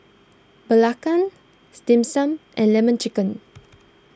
Belacan Dim Sum and Lemon Chicken